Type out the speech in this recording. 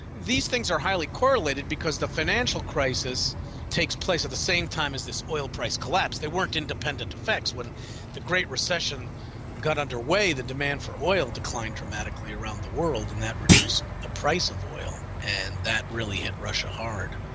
these things are highly correlated because the financial crisis takes place at the same time as this oil price collapse. they weren't independent effects when the great recession got underway, the demand for oil declined dramatically around the world and that reduced the price of oil, and that really hit russia hard.